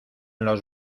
los